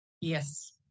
Yes